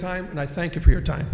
time and i thank you for your time